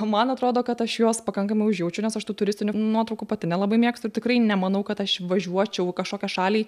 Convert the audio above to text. man atrodo kad aš juos pakankamai užjaučiu nes aš tų turistinių nuotraukų pati nelabai mėgstu tikrai nemanau kad aš važiuočiau į kažkokią šalį